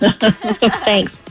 Thanks